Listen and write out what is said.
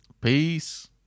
Peace